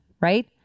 Right